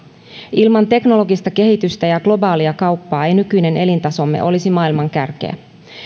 ilman teknologista kehitystä ja globaalia kauppaa ei nykyinen elintasomme olisi maailman kärkeä